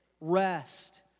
rest